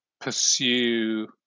pursue